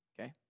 okay